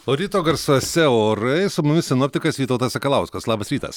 o ryto garsuose orai su mumis sinoptikas vytautas sakalauskas labas rytas